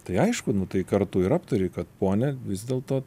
tai aišku nu tai kartu ir aptari kad ponia vis dėlto